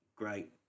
great